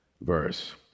verse